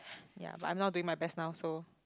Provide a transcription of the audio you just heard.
ya but I'm not doing my best now so